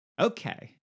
okay